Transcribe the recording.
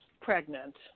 pregnant